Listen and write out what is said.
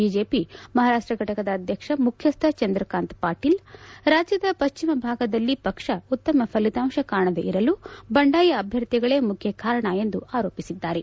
BJP Maharashtra ಘಟಕದ ಮುಖ್ಯಸ್ಥ ಚಂದ್ರಕಾಂತ್ ಪಾಟೀಲ್ ರಾಜ್ಯದ ಪಶ್ಚಿಮ ಭಾಗದಲ್ಲಿ ಪಕ್ಷ ಉತ್ತಮ ಫಲಿತಾಂಶ ಕಾಣದೇ ಇರಲು ಬಂಡಾಯ ಅಭ್ಯರ್ಥಿಗಳೇ ಮುಖ್ಯ ಕಾರಣ ಎಂದು ಆರೋಪಿಸಿದ್ದಾರೆ